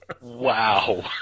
wow